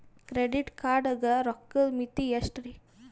Credit card ಗ ರೋಕ್ಕದ್ ಮಿತಿ ಎಷ್ಟ್ರಿ?